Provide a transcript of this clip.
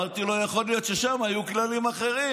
אמרתי לו שיכול להיות ששם היו כללים אחרים.